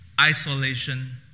isolation